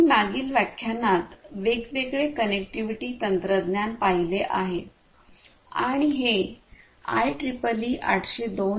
आम्ही मागील व्याख्यानात वेगवेगळे कनेक्टिव्हिटी तंत्रज्ञान पाहिले आहे आणि हे आयट्रिपलई 802